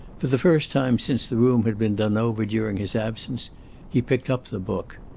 for the first time since the room had been done over during his absence he picked up the book.